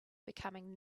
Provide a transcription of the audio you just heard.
becoming